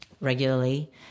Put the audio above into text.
regularly